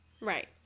Right